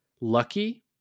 lucky